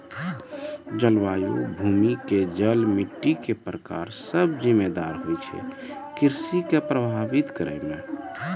जलवायु, भूमि के जल, मिट्टी के प्रकार सब जिम्मेदार होय छै कृषि कॅ प्रभावित करै मॅ